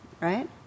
right